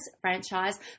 franchise